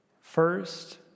first